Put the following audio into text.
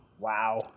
Wow